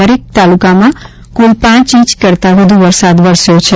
દરેક તાલુકામાં કુલ પાંચ ઇંચ કરતા વધુ વરસાદ વરસ્યો છે